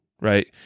right